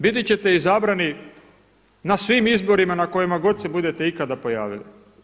Biti ćete izabrani na svim izborima na kojima god se budete ikada pojavili.